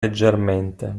leggermente